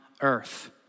earth